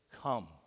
come